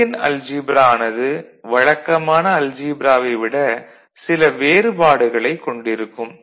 Boolean algebra ஆனது வழக்கமான அல்ஜீப்ராவை விட சில வேறுபாடுகளைக் கொண்டிருக்கும்